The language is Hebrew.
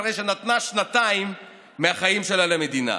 אחרי שנתנה שנתיים מהחיים שלה למדינה,